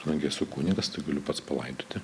kadangi esu kunigas galiu pats palaidoti